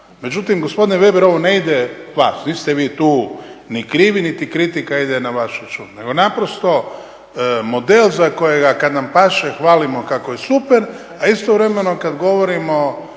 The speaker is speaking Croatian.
Međutim, gospodine Veber ovo ne ide vas, niste vi tu ni krivi niti kritika ide na vaš račun nego naprosto model za kojega kad nam paše hvalimo kako je super, a istovremeno kad govorimo